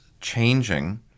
changing